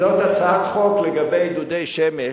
זאת הצעת חוק לגבי דודי שמש,